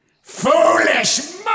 Foolish